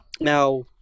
now